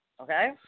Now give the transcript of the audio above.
Okay